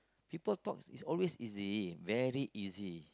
people talk is always easy very easy